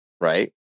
right